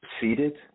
seated